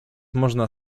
można